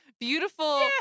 beautiful